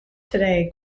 today